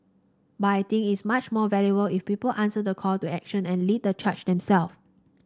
but I think it's much more valuable if people answer the call to action and lead the charge themself